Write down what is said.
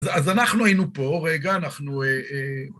אז אנחנו היינו פה, רגע, אנחנו...